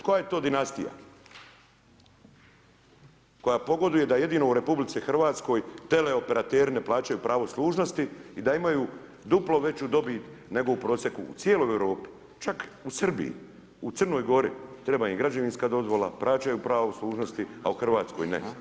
Koja je to dinastija, koja pogoduje da jedino u RH tele operateri ne plaćaju pravo služnosti i da imaju duplo veću dobit, nego u prosijeku, u cijeloj Europi, čak u Srbiji, u Crnoj Gori, treba im građevinska dozvola, plaćaju pravo služnosti, a u RH ne.